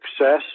success